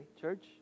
church